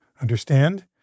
Understand